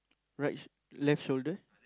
right sh~ left shoulder